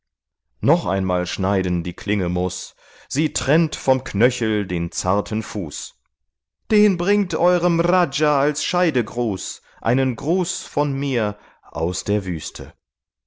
noch einmal schneiden die klinge muß sie trennt vom knöchel den zarten fuß den bringt eurem raja als scheidegruß einen gruß von mir aus der wüste